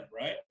right